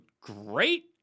great